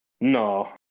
No